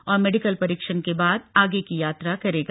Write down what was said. और मेडिकल परीक्षण के बाद आगे की यात्रा करेगा